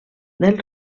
del